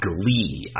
glee